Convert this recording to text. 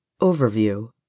Overview